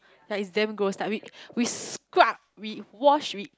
like it's damn gross like we we scrub we wash we